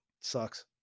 sucks